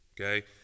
okay